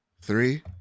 Three